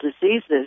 diseases